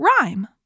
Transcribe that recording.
rhyme